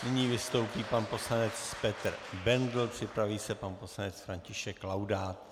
Nyní vystoupí pan poslanec Petr Bendl, připraví se pan poslanec František Laudát.